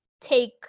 take